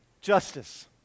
justice